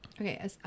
Okay